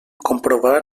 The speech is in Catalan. comprovar